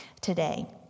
today